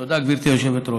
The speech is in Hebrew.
תודה, גברתי היושבת-ראש.